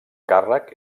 càrrec